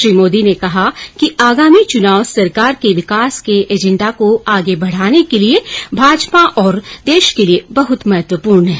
श्री मोदी ने कहा कि आगामी चुनाव सरकार के विकास के एजेंडा को आगे बढ़ाने के लिए भाजपा और देश के लिए बहुत महत्वपूर्ण हैं